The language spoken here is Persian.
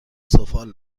سفال